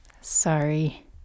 sorry